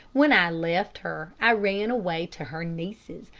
when i left her, i ran away to her niece's,